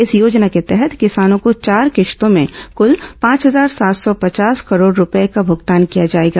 इस योजना के तहत किसानों को चार किश्तों में कल पांच हजार सात सौ पचास करोड रूपये का भुगतान किया जाएगा